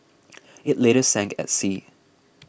it later sank at sea